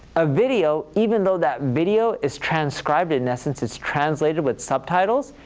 a video, even though that video is transcribed, in essence it's translated with subtitles,